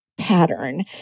pattern